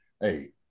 Hey